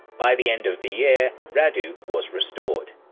by the end of the year, radu was restored.